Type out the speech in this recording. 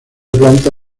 planta